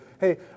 Hey